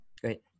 great